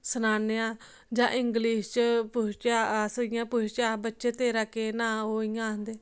सनाने आं जां इंग्लिश च पुछचै अस जियां पुछचै के बच्चे तेरा केह् नांऽ ओह् इ'यां आखदे